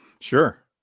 Sure